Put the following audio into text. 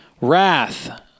Wrath